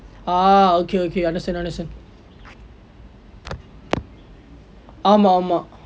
ah okay okay understand understand ஆமாம் ஆமாம்:aamaam aamaam